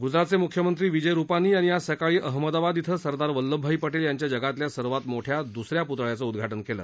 ग्जरातचे म्ख्यमंत्री विजय रूपानी यांनी आज सकाळी अहमदाबाद इथं सरदार वल्लभभाई पटेल यांच्या जगातल्या सर्वात मोठ्या दुस या पुतळ्याचं उद्घाटन केलं